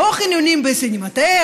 לא חניונים בסינמטק,